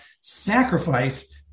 sacrifice